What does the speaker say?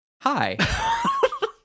hi